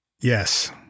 Yes